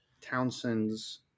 Townsend's